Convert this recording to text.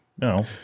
No